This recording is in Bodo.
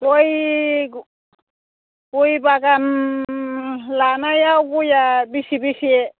गय गय बागान लानायाव गयआ बेसे बेसे